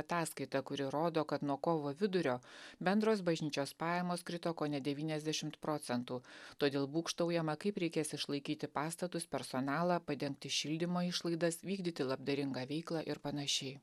ataskaitą kuri rodo kad nuo kovo vidurio bendros bažnyčios pajamos krito kone devyniasdešimt procentų todėl būgštaujama kaip reikės išlaikyti pastatus personalą padengti šildymo išlaidas vykdyti labdaringą veiklą ir panašiai